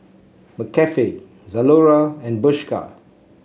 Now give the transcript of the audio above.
McCafe Zalora and Bershka